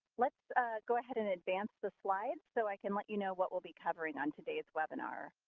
let's go ahead and advance the slides so i can let you know what we'll be covering on today's webinar.